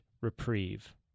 reprieve